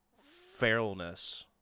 feralness